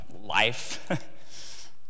life